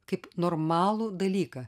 kaip normalų dalyką